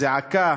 זעקה